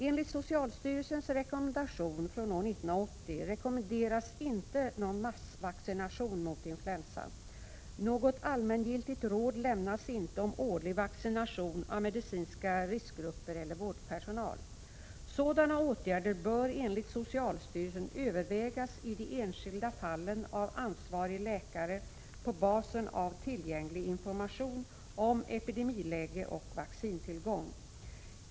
Enligt socialstyrelsens rekommendation från år 1980 rekommenderas inte någon massvaccination mot influensa. Något allmängiltigt råd lämnas inte om årlig vaccination av medicinska riskgrupper eller vårdpersonal. Sådana åtgärder bör enligt socialstyrelsen övervägas i de enskilda fallen av ansvarig läkare på basen av tillgänglig information om epidemiläge och vaccintillgång.